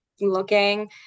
looking